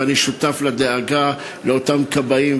ואני שותף לדאגה לאותם כבאים,